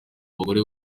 abagore